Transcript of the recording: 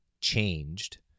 changed